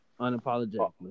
unapologetically